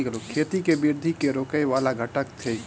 खेती केँ वृद्धि केँ रोकय वला घटक थिक?